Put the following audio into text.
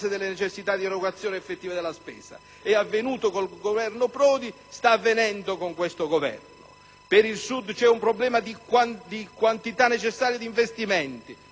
delle necessità di erogazione effettiva della spesa. Ciò è avvenuto con il Governo Prodi e sta avvenendo con questo Governo. Per il Sud c'è senza dubbio un problema di quantità necessaria di investimenti,